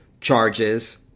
charges